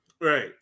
right